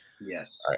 Yes